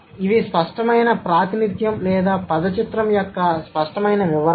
కాబట్టి ఇవి స్పష్టమైన ప్రాతినిధ్యం లేదా పద చిత్రం యొక్క స్పష్టమైన వివరణ